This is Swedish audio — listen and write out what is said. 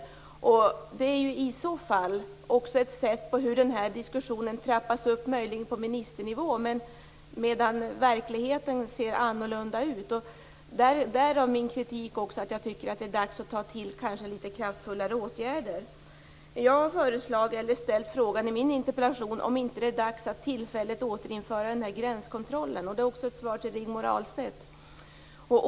Det visar i så fall också hur den här diskussionen trappas upp, möjligen på ministernivå, medan verkligheten ser annorlunda ut. Därav min kritik. Jag tycker att det är dags att ta till litet kraftfullare åtgärder. Jag har i min interpellation ställt frågan om det inte är dags att tillfälligt återinföra gränskontrollen. Det är också ett svar till Rigmor Ahlstedt.